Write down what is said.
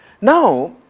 Now